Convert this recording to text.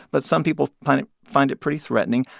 but some people find it find it pretty threatening.